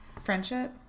Friendship